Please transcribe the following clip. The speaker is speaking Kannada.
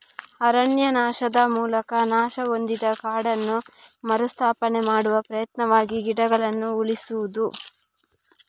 ಅರಣ್ಯನಾಶದ ಮೂಲಕ ನಾಶ ಹೊಂದಿದ ಕಾಡನ್ನು ಮರು ಸ್ಥಾಪನೆ ಮಾಡುವ ಪ್ರಯತ್ನವಾಗಿ ಗಿಡಗಳನ್ನ ಉಳಿಸುದು